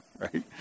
right